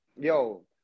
yo